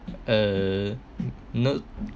uh no